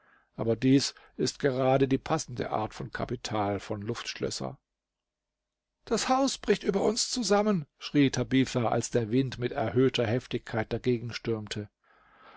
aber dies ist gerade die passende art von kapital von luftschlösser das haus bricht über uns zusammen schrie tabitha als der wind mit erhöhter heftigkeit dagegen stürmte